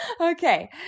Okay